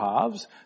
halves